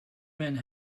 men